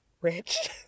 rich